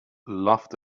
laughed